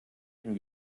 den